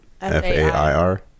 F-A-I-R